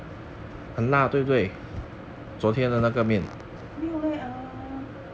没有 leh err